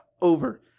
over